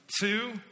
two